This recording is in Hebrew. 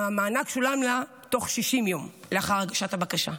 המענק שולם לה תוך 60 יום לאחר הגשת הבקשה.